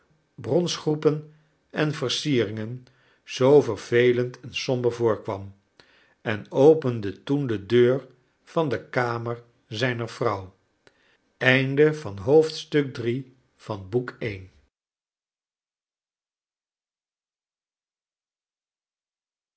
schilderijen bronsgroepen en versieringen zoo vervelend en somber voorkwam en opende toen de deur van de kamer zijner vrouw